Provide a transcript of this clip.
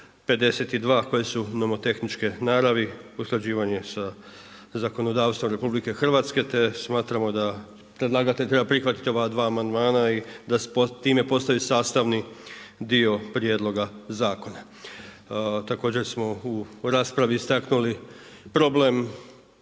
koji su nomotehničke naravi, usklađivanje sa zakonodavstvom RH, te smatramo da predlagatelj treba prihvatiti ova dva amandmana i da se time postavi sastavni dio prijedloga zakona. Također smo u raspravi istaknuli problem